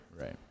right